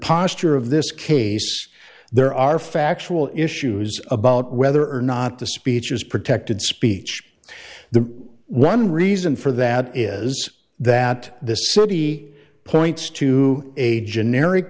posture of this case there are factual issues about whether or not the speech is protected speech the one reason for that is that this study points to a generic